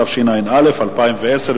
התשע"א 2010,